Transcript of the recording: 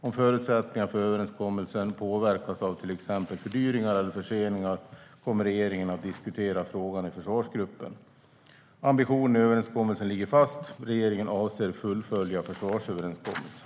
Om förutsättningarna för överenskommelsen påverkas av till exempel fördyringar eller förseningar kommer regeringen att diskutera frågan i försvarsgruppen. Ambitionen i överenskommelsen ligger fast. Regeringen avser att fullfölja försvarsöverenskommelsen.